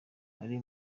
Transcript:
ari